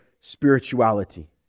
spirituality